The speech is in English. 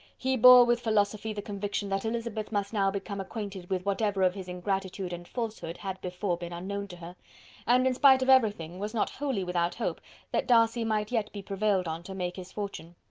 he bore with philosophy the conviction that elizabeth must now become acquainted with whatever of his ingratitude and falsehood had before been unknown to her and in spite of every thing, was not wholly without hope that darcy might yet be prevailed on to make his fortune.